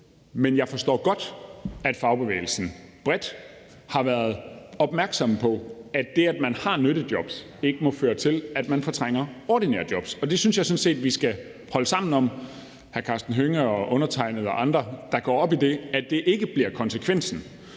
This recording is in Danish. Men jeg forstår godt, at fagbevægelsen bredt har været opmærksom på, at det, at man har nyttejobs, ikke må føre til, at man fortrænger ordinære jobs, og jeg synes sådan set, at vi – hr. Karsten Hønge, undertegnede og andre, der går op i det – skal holde sammen om, at det ikke bliver konsekvensen.